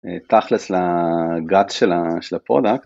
תכלס לגאט של הפרודקט.